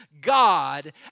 God